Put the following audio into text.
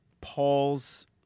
Paul's